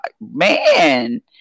man